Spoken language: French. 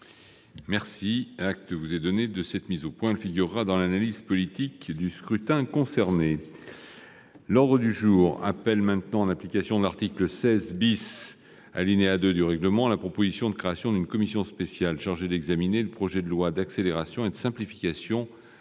pour. Acte vous est donné de cette mise au point, ma chère collègue. Elle figurera dans l'analyse politique du scrutin. L'ordre du jour appelle, en application de l'article 16 , alinéa 2, du règlement, la proposition de création d'une commission spéciale chargée d'examiner le projet de loi d'accélération et de simplification de